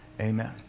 amen